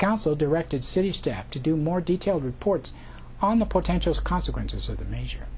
council directed city step to do more detailed reports on the potential consequences of the major